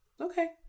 okay